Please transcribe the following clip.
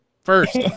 first